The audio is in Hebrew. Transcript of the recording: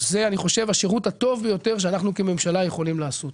זה השירות הטוב ביותר שאנחנו כממשלה יכולים לעשות.